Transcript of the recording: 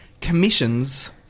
commissions